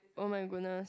oh my-goodness